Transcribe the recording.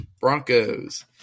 Broncos